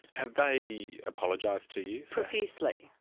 have they apologised to you? profusely.